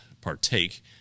partake